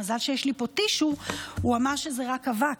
מזל שיש לי פה טישו, הוא אמר שזה רק אבק.